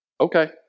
Okay